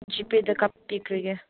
G ꯄꯦꯗ ꯀꯥꯞꯄꯤꯈ꯭ꯔꯒꯦ